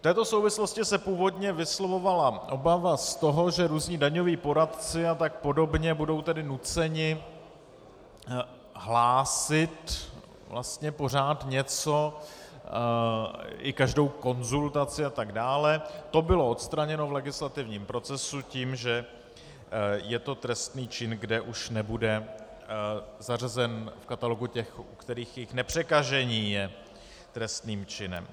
V této souvislosti se původně vyslovovala obava z toho, že různí daňoví poradci a tak podobně budou nuceni hlásit vlastně pořád něco, i každou konzultaci, a tak dále, to bylo odstraněno v legislativním procesu tím, že je to trestný čin, kde už nebude zařazen v katalogu těch, u kterých jejich nepřekažení je trestným činem.